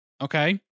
okay